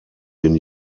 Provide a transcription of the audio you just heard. den